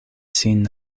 sin